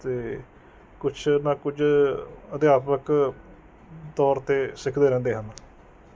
ਅਤੇ ਕੁਛ ਨਾ ਕੁਝ ਅਧਿਆਤਮਿਕ ਤੌਰ 'ਤੇ ਸਿੱਖਦੇ ਰਹਿੰਦੇ ਹਨ